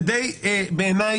זה די מגוחך.